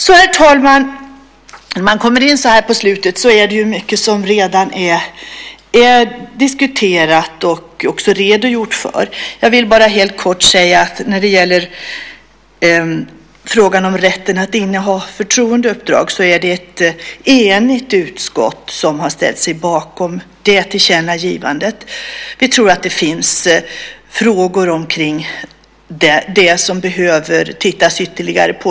Herr talman! När man kommer in så här på slutet är det ju mycket som redan är diskuterat och också redogjort för. Jag vill bara helt kort säga att när det gäller frågan om rätten att inneha förtroendeuppdrag så har ett enigt utskott ställt sig bakom det tillkännagivandet. Vi tror att det finns frågor omkring det som behöver tittas ytterligare på.